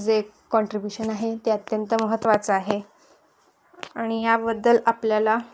जे कॉन्ट्रीब्युशन आहे ते अत्यंत महत्त्वाचं आहे आणि याबद्दल आपल्याला